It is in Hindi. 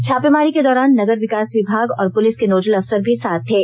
छापेमारी के दौरान नगर विकास विभाग और पुलिस के नोडल अफसर भी साथ थे